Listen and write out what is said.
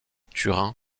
turin